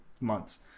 months